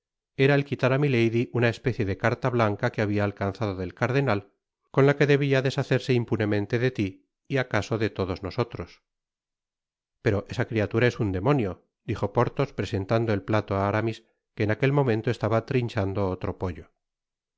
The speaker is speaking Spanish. era el quitar á milady una especie de carta blanca que habia alcanzado del cardenal con la que debia deshacerse impunemente de ti y acaso de todos nosotros pero esa criatura es un demonio dijo porthos presentando el plato á aramis que en aquel momento estaba trinchando otro pollo y